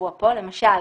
שקבוע פה, למשל,